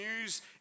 news